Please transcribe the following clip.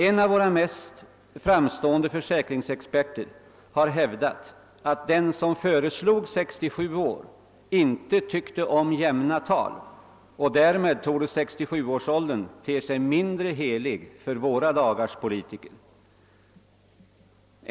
En av våra mest framstående försäkringsexperter har hävdat, att den som föreslog 67 år inte tyckte om jämna tal. Därmed torde 67 årsåldern te sig mindre helig för våra dagars politiker.